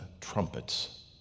trumpets